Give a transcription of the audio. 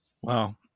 Wow